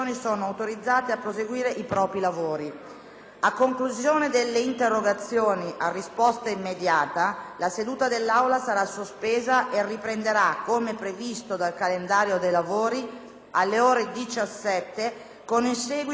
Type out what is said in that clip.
A conclusione delle interrogazioni a risposta immediata, la seduta dell'Aula sarà sospesa e riprenderà, come previsto dal calendario dei lavori, alle ore 17, con il seguito degli argomenti all'ordine del giorno.